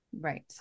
Right